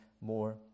more